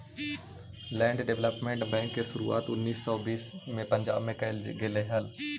land development bank के शुरुआत उन्नीस सौ बीस में पंजाब में कैल गेले हलइ